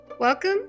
Welcome